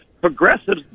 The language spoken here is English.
Progressives